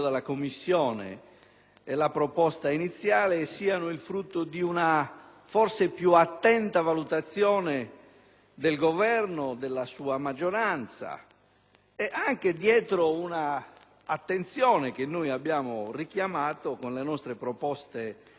e la proposta iniziale siano il frutto di una forse più attenta valutazione del Governo e della sua maggioranza, anche in seguito ad un'attenzione che noi abbiamo richiamato con le nostre proposte emendative